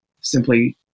simply